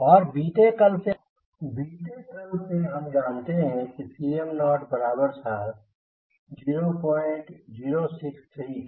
और बीते कल से हम जानते हैं कि Cm0 बराबर था 0063 के